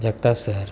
Jagtap sir